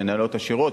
מנהלות השירות,